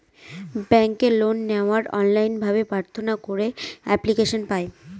ব্যাঙ্কে লোন নেওয়ার অনলাইন ভাবে প্রার্থনা করে এপ্লিকেশন পায়